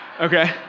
Okay